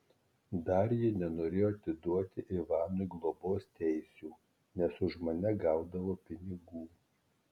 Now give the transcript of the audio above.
dar ji nenorėjo atiduoti ivanui globos teisių nes už mane gaudavo pinigų